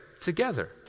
together